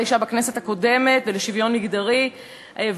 האישה ולשוויון מגדרי בכנסת הקודמת,